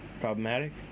problematic